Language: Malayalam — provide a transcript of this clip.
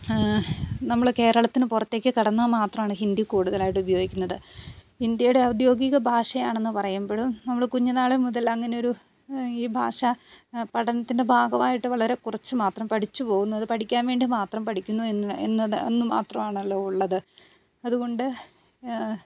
നമ്മൾ കേരളത്തിന് പുറത്തേക്ക് കടന്നാൽ മാത്രാണ് ഹിന്ദി കൂടുതലായിട്ട് ഉപയോഗിക്കുന്നത് ഇന്ത്യയുടെ ഔദ്യോഗിക ഭാഷയാണെന്ന് പറയുമ്പോഴും നമ്മൾ കുഞ്ഞുനാൾ മുതൽ അങ്ങനെ ഒരു ഈ ഭാഷ പഠനത്തിൻ്റെ ഭാഗമായിട്ട് വളരെ കുറച്ചു മാത്രം പഠിച്ചു പോകുന്നത് പഠിക്കാൻ വേണ്ടി മാത്രം പഠിക്കുന്നു എന്നത് എന്ന് മാത്രമാണല്ലോ ഉള്ളത് അതുകൊണ്ട്